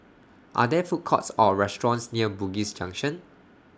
Are There Food Courts Or restaurants near Bugis Junction